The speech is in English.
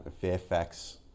Fairfax